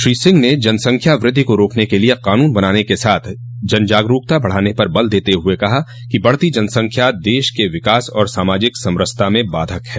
श्री सिह ने जनसंख्या वृद्धि को रोकने के लिए कानून बनाने के साथ जनजागरूकता बढ़ाने पर जोर देते हुए कहा कि बढ़ती जनसंख्या देश के विकास और सामाजिक समरसता में बाधक है